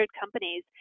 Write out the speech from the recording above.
companies